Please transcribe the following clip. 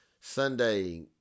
Sunday